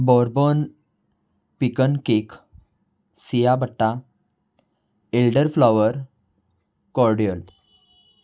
bourbon pecan cake ciabatta elderflower cordial